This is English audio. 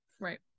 Right